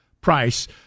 price